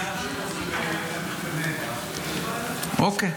הבניין שלו זה בבני ברק --- אוקיי.